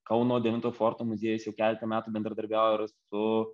kauno devintojo forto muziejus jau keletą metų bendradarbiauja ir su